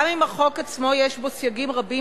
גם אם החוק עצמו יש בו סייגים רבים,